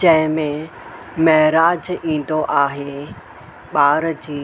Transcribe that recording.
जंहिंमें महराज ईंदो आहे ॿार जी